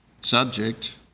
Subject